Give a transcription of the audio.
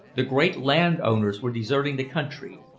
the great landowners were deserting the country,